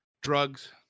Drugs